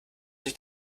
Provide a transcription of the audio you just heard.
sich